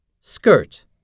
Skirt